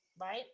right